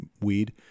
weed